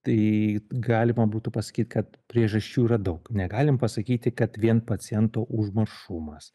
tai galima būtų pasakyt kad priežasčių yra daug negalim pasakyti kad vien paciento užmaršumas